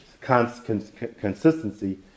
consistency